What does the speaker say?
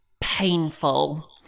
painful